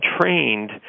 trained